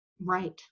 Right